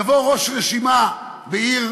יבוא ראש רשימה בעיר